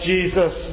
Jesus